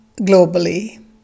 globally